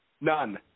none